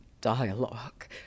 dialogue